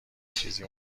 چیزی